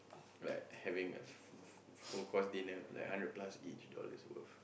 like having a full course dinner like hundred plus each dollar worth so